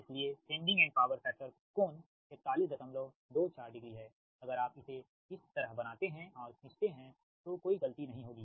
इसलिए sending end power factor कोण 4124 degree है अगर आप इसे इस तरह बनाते हैं और खीचते हैं तो कोई गलती नहीं होगी